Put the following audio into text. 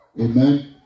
Amen